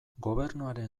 gobernuaren